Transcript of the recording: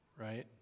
right